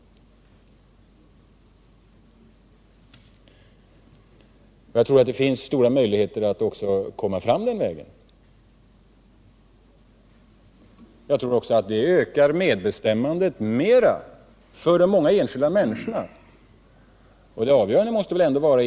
Jag tror att det finns stora möjligheter att komma fram den vägen. Jag tror också att det ökar medbestämmandet mer för de många enskilda människorna än ett genomförande av ert förslag skulle göra.